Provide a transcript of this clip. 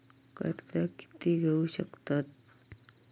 कर्ज कीती घेऊ शकतत?